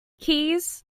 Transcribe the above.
keys